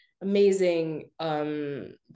amazing